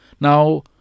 Now